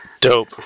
Dope